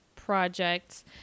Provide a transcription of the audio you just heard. projects